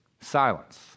Silence